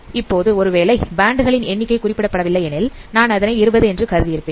இப்போது ஒருவேளை பேண்ட் களின் எண்ணிக்கை குறிப்பிடப்படவில்லை எனில் நான் அதனை இருபது என்று கருதி இருப்பேன்